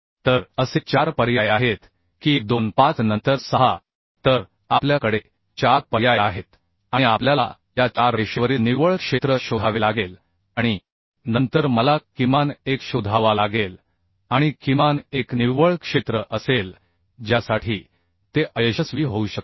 तर असे 4 पर्याय आहेत की 1 2 5 नंतर 6 तर आपल्या कडे 4 पर्याय आहेत आणि आपल्याला या 4 रेषेवरील निव्वळ क्षेत्र शोधावे लागेल आणि नंतर मला किमान एक शोधावा लागेल आणि किमान एक निव्वळ क्षेत्र असेल ज्यासाठी ते अयशस्वी होऊ शकते